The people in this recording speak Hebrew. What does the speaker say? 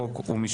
חוק ומשפט.